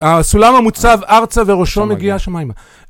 הסולם המוצב ארצה וראשו מגיעה השמימה